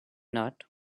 not